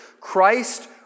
Christ